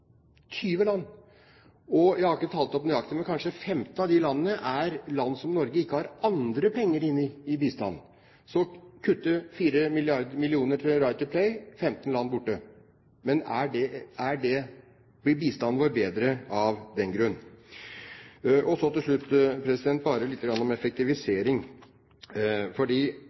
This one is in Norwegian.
Jeg har ikke talt opp nøyaktig, men kanskje 15 av de landene er land der Norge ikke har andre penger inn i bistand. Så ved å kutte 4 mill. kr til Right To Play blir 15 land borte. Men blir bistanden vår bedre av den grunn? Så til slutt bare litt om effektivisering,